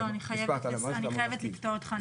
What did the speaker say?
לא, אני חייבת לקטוע אותך.